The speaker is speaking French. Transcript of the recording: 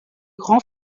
grand